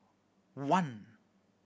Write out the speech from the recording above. one